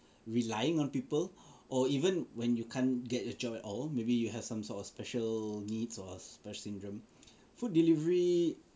relying on people or even when you can't get a job at all maybe you have some sort of special needs or special syndrome food delivery